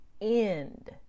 end